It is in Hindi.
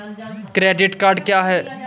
क्रेडिट कार्ड क्या है?